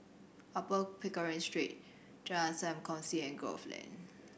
Upper Pickering Street Jalan Sam Kongsi and Grove Lane